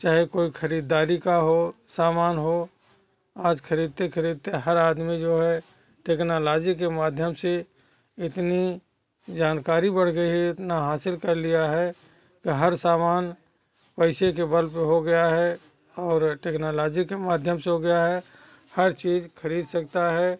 चाहे कोई खरीदारी का हो समान हो आज खरीदते खरीदते हर आदमी जो है टेक्नोलॉजी के माध्यम से इतनी जानकारी बढ़ गई है इतना हासिल कर लिया है कि हर सामान पैसे के बल पे हो गया है और टेक्नोलॉजी के माध्यम से हो गया है हर चीज खरीद सकता है